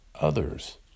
others